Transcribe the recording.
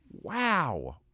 wow